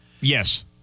Yes